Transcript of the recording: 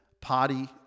party